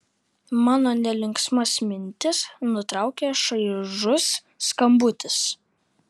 mano nelinksmas mintis nutraukia šaižus skambutis